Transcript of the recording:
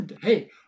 Hey